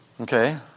okay